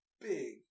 big